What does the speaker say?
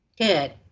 Good